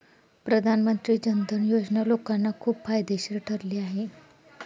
प्रधानमंत्री जन धन योजना लोकांना खूप फायदेशीर ठरली आहे